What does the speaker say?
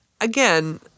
again